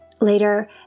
Later